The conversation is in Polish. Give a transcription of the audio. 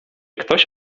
ktoś